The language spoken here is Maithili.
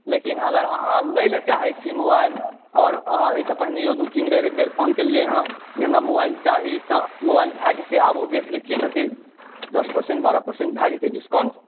लेकिन अगर अहाँ लैलऽ चाहै छी मोबाइल आओर अहाँ एहिसॅं पहिनयो दू तीनबेर एक बेर फ़ोन केलियै हँ जे हमरा मोबाइल चाही तऽ मोबाइल भए जेतै आबू देख लै छियै कतय दश पर्सेंट बारह पर्सेंट भए जेतै डिस्काउंट